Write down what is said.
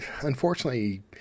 unfortunately